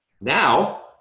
Now